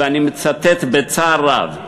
ואני מצטט בצער רב,